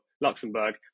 Luxembourg